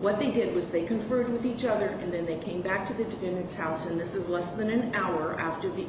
what they did was they conferred with each other and then they came back to the kids house and this is less than an hour after the